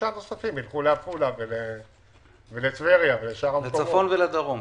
הנוספים ילכו לעפולה ולטבריה ולשאר המקומות.